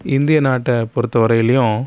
இந்திய நாட்டைப் பொறுத்த வரையிலையும்